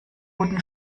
guten